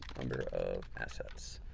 number of assets?